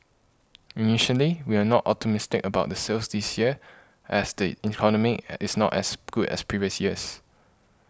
initially we were not optimistic about the sales this year as the economy is not as good as previous years